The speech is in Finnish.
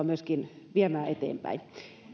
myöskin viemään eteenpäin